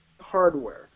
hardware